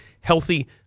healthy